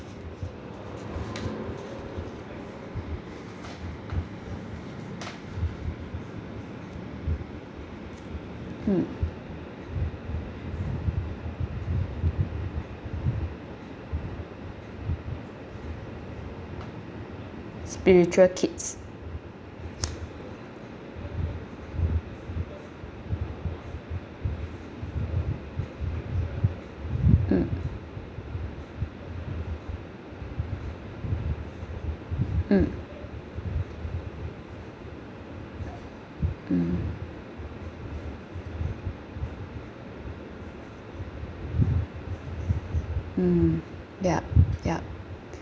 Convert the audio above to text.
mm spiritual kids mm mm mm mm ya ya